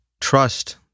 trust